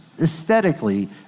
aesthetically